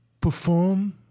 perform